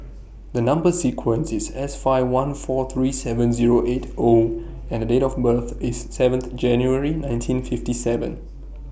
The Number sequence IS S five one four three seven Zero eight O and Date of birth IS seventh January nineteen fifty seven